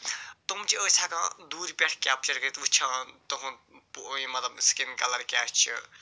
تِم چھِ أسۍ ہٮ۪کان دوٗرِ پٮ۪ٹھ کیپچر کٔرِتھ وُچھان تُہنٛد یہِ مطلب سِکِن کَلر کیٛاہ چھُ